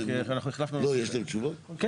יש להם תשובות כבר?